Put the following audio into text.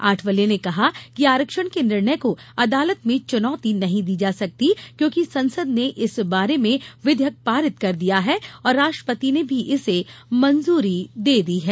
आठवले ने कहा कि आरक्षण के निर्णय को अदालत में चुनौती नहीं दी जा सकती क्योंकि संसद ने इस बारें विधेयक पारित कर दिया है और राष्ट्रपति ने भी इसे मंजूरी दे दी है